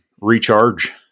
recharge